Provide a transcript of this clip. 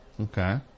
Okay